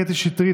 קטי שטרית,